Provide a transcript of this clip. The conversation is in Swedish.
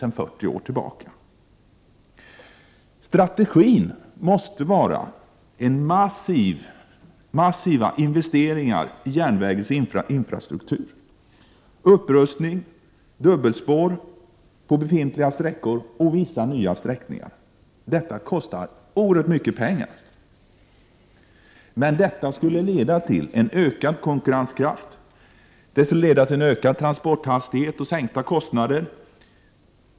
Strategin måste vara att man skall genomföra massiva investeringar i järnvägens infrastruktur — upprustning, dubbelspår på befintliga sträckor och vissa nya sträckor. Detta kostar oerhört mycket pengar. Det skulle emellertid leda till en ökad konkurrenskraft och till ökad transporthastighet och sänkta kostnader.